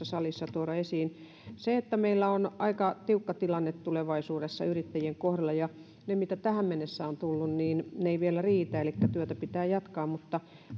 salissa tuoda esiin meillä on aika tiukka tilanne tulevaisuudessa yrittäjien kohdalla ja ne toimet joita tähän mennessä on tullut eivät vielä riitä elikkä työtä pitää jatkaa mutta